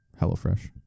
HelloFresh